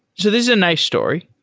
so this is a nice story.